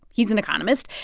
he's an economist,